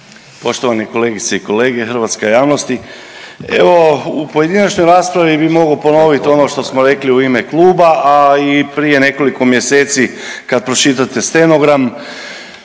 Poštovane kolegice i kolege, hrvatska javnosti. Evo u pojedinačnoj raspravi bi mogo ponovit ono što smo rekli i u ime kluba, a i prije nekoliko mjeseci kad pročitate stenogram,